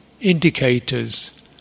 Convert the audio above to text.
indicators